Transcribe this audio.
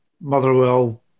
Motherwell